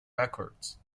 records